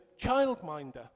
childminder